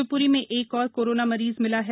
शिवप्री में एक और कोरोना मरीज मिला है